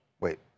Wait